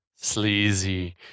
Sleazy